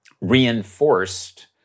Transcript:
reinforced